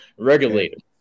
regulated